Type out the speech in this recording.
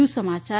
વધુ સમાચાર